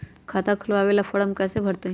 खाता खोलबाबे ला फरम कैसे भरतई?